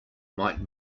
might